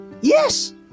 Yes